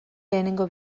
lehenengo